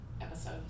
episode